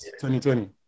2020